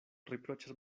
riproĉas